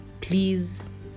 please